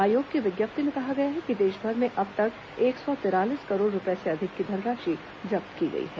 आयोग की विज्ञप्ति में कहा गया है कि देशभर में अब तक एक सौ तिरालीस करोड़ रुपये से अधिक की धनराशि जब्त की गई है